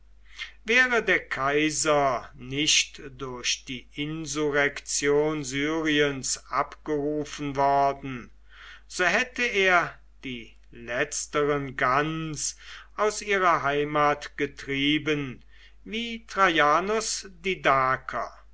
wäre der kaiser nicht durch die insurrektion syriens abgerufen worden so hätte er die letzteren ganz aus ihrer heimat getrieben wie traianus die